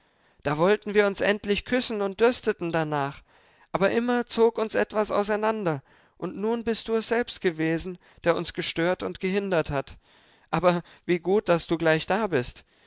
da wollten wir uns endlich küssen und dürsteten danach aber immer zog uns etwas auseinander und nun bist du es selbst gewesen der uns gestört und gehindert hat aber wie gut daß du gleich da bist